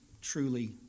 truly